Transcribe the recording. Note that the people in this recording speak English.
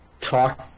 talk